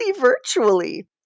virtually